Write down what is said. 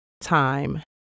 time